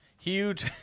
Huge